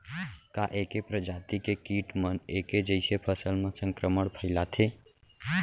का ऐके प्रजाति के किट मन ऐके जइसे फसल म संक्रमण फइलाथें?